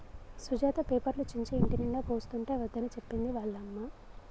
సుజాత పేపర్లు చించి ఇంటినిండా పోస్తుంటే వద్దని చెప్పింది వాళ్ళ అమ్మ